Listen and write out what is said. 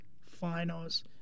finals